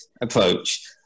approach